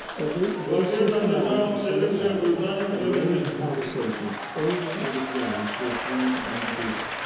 and they they systematically set about a range of conversations over and again with these armed groups.